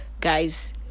guys